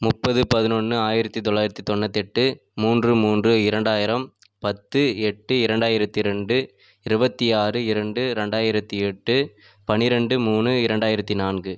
முப்பது பதினொன்று ஆயிரத்தி தொள்ளாயிரத்து தொண்ணூற்றி எட்டு மூன்று மூன்று இரண்டாயிரம் பத்து எட்டு இரண்டாயிரத்தி ரெண்டு இருபத்தி ஆறு இரண்டு ரெண்டாயிரத்தி எட்டு பனிரெண்டு மூணு இரண்டாயிரத்தி நான்கு